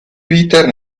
peter